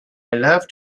left